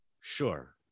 Sure